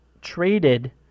traded